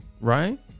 Right